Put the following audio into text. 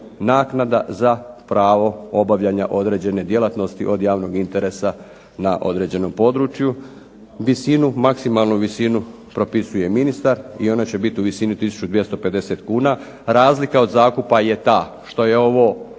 naknada za pravo obavljanja određene djelatnosti od javnog interesa na određenom području. Maksimalnu visinu propisuje ministar i ona će biti u visini 1250 kuna. Razlika od zakupa je ta što je ovo